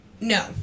no